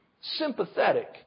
Sympathetic